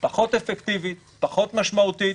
פחות אפקטיבית, פחות משמעותית,